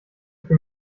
für